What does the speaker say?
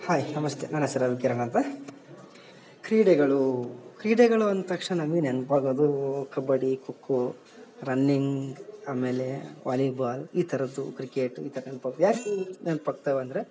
hi ನಮಸ್ತೆ ನನ್ನ ಹೆಸ್ರು ರವಿಕಿರಣ್ ಅಂತ ಕ್ರೀಡೆಗಳೂ ಕ್ರೀಡೆಗಳು ಅಂತಕ್ಷಣ ನಮಗೆ ನೆನ್ಪಾಗೋದೂ ಕಬಡ್ಡಿ ಕೋಕ್ಕೋ ರನ್ನಿಂಗ್ ಆಮೇಲೆ ವಾಲಿಬಾಲ್ ಈ ಥರದ್ದು ಕ್ರಿಕೆಟ್ ಇಂತಕಂಥವ್ ಜಾಸ್ತೀ ನೆನ್ಪಾಗ್ತವೆ ಅಂದರೆ